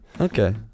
Okay